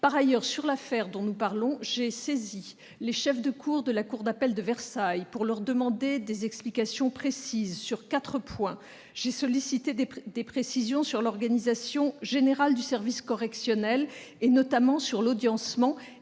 Concernant l'affaire qui vient d'être évoquée, j'ai saisi les chefs de cour de la Cour d'appel de Versailles pour leur demander des explications précises sur quatre points. J'ai sollicité des précisions sur l'organisation générale du service correctionnel, notamment sur l'audiencement,